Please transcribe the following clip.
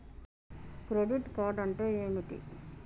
Credit card అంటే ఏమిటి?